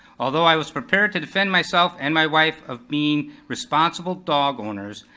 although i was prepared to defend myself and my wife of being responsible dog owners,